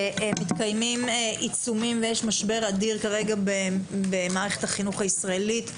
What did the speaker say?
שמתקיימים עיצומים ויש משבר אדיר כרגע במערכת החינוך הישראלית.